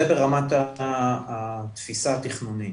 זה ברמת התפיסה התכנונית,